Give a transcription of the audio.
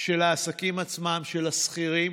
של העסקים עצמם, של השכירים,